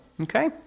okay